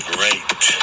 Great